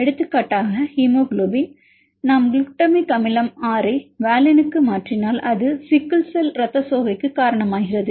எடுத்துக்காட்டாக ஹீமோகுளோபின் நாம் குளுட்டமிக் அமிலம் 6 ஐ வாலினுக்கு மாற்றினால் அது சிக்கிள் செல் இரத்த சோகைக்கு காரணமாகிறது